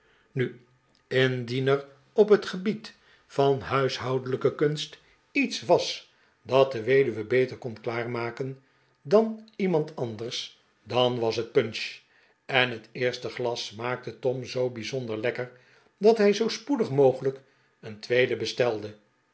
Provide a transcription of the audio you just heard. nu indien er op het gebied van huishoudelijke kunst iets was dat de weduwe beter kon klaarmaken dan iemand anders dan was het punch en het eerste glas smaakte tom zoo bijzonder lekker dat hij zoo spoedig mogelijk een tweede bestelde